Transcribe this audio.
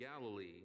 Galilee